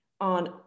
on